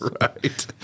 Right